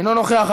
אינו נוכח.